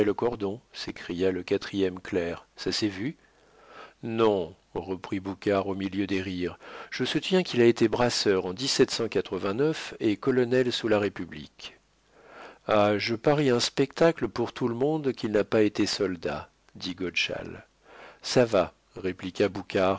s'écria le quatrième clerc ça s'est vu non reprit boucard au milieu des rires je soutiens qu'il a été brasseur en et colonel sous la république ah je parie un spectacle pour tout le monde qu'il n'a pas été soldat dit godeschal ça va répliqua